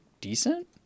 decent